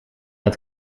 het